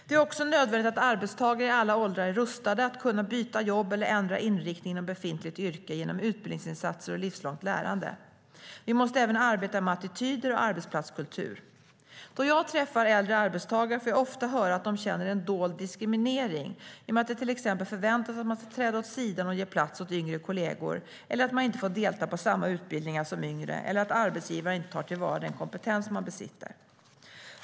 Det är också nödvändigt att arbetstagare i alla åldrar är rustade att kunna byta jobb eller ändra inriktning inom befintligt yrke genom utbildningsinsatser och livslångt lärande. Vi måste även arbeta med attityder och arbetsplatskultur. Då jag träffar äldre arbetstagare får jag ofta höra att de känner en dold diskriminering genom att det till exempel förväntas att man ska träda åt sidan och ge plats åt yngre kollegor eller att man inte får delta på samma utbildningar som yngre eller att arbetsgivaren inte tar till vara den kompetens man besitter.